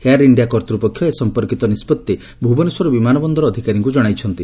air India କର୍ଭ୍ରପକ୍ଷ ଏ ସମ୍ମର୍କିତ ନିଷ୍ବଭି ଭୁବନେଶ୍ୱର ବିମାନ ବନ୍ଦର ଅଧିକାରୀଙ୍କୁ ଜଶାଇଛନ୍ତି